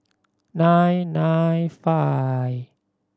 nine nine five